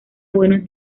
buenos